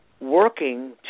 working